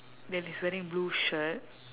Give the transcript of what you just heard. then he's wearing blue shirt